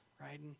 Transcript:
right